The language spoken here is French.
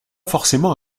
forcément